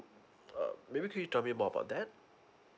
uh maybe could you tell me more about that